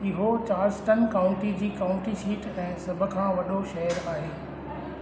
इहो Charleston county जी county seat ऐं सभ खां वॾो शहर आहे